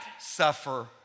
suffer